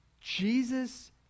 Jesus